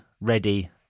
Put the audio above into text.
ready